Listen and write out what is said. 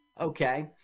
Okay